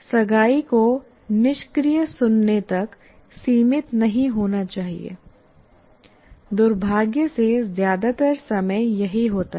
सगाई को निष्क्रिय सुनने तक सीमित नहीं होना चाहिए दुर्भाग्य से ज्यादातर समय यही होता है